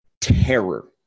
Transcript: terror